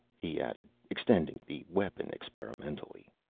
he added, extending the weapon experimentally.